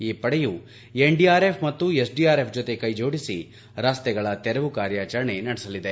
ಈ ಪಡೆಯು ಎನ್ಡಿಆರ್ಎಫ್ ಮತ್ತು ಎಸ್ಡಿಆರ್ಎಫ್ ಜತೆ ಕ್ಷೆಜೋಡಿಸಿ ರಸ್ತೆಗಳ ತೆರವು ಕಾರ್ಯಾಚರಣೆ ನಡೆಸಲಿದೆ